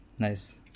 Nice